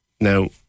now